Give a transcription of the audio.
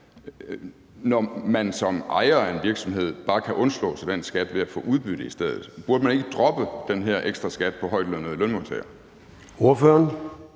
når man som ejer af en virksomhed bare kan undslå sig den skat ved at få udbytte i stedet? Burde man ikke droppe den her ekstra skat for højtlønnede lønmodtagere? Kl.